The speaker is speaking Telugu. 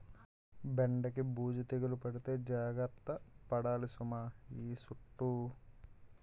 బెండకి బూజు తెగులు పడితే జాగర్త పడాలి సుమా ఈ సుట్టూ